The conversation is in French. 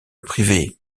privée